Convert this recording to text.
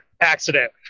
accident